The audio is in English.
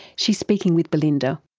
she's speaking with belinda.